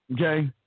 okay